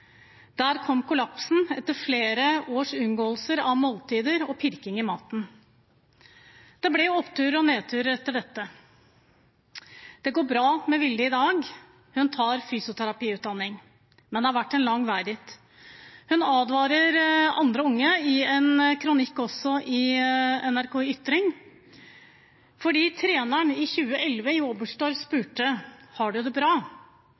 Der kom kollapsen etter flere års unngåelse av måltider og pirking i maten Det ble oppturer og nedturer etter dette. Det går bra med Vilde i dag. Hun tar fysioterapiutdanning, men det har vært en lang vei dit. Hun advarer andre unge i en kronikk, også i NRK Ytring, fordi treneren i 2011 i Oberhof spurte: «Har det du bra?»